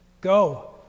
Go